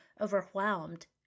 overwhelmed